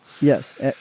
Yes